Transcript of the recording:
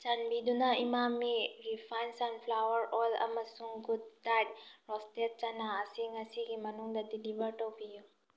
ꯆꯥꯟꯕꯤꯗꯨꯅ ꯏꯃꯥꯃꯤ refined sunflower oil ꯑꯃꯁꯨꯡ ꯒꯨꯗ ꯗꯥꯏꯗ ꯔꯣꯁꯇꯦꯠ ꯆꯅꯥ ꯑꯁꯤ ꯉꯁꯤꯒꯤ ꯃꯅꯨꯡꯗ ꯗꯤꯂꯤꯕ꯭ꯔ ꯇꯧꯕꯤꯌꯨ